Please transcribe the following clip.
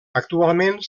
actualment